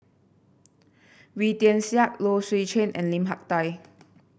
Wee Tian Siak Low Swee Chen and Lim Hak Tai